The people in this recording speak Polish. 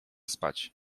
spać